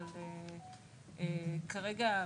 אבל כרגע,